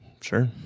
Sure